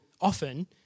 often